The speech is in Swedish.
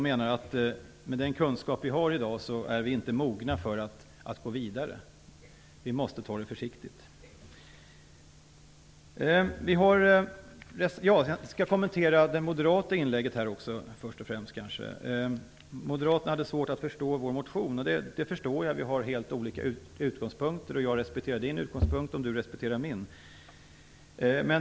Med den kunskap vi har i dag är vi inte mogna för att gå vidare. Vi måste ta det försiktigt. Jag skall först och främst kommentera det moderata inlägget. Moderaterna hade svårt att förstå vår motion. Det förstår jag. Vi har helt olika utgångspunkter. Jag respekterar er utgångspunkt om ni respekterar min.